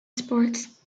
sports